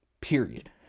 Period